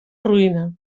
ruïna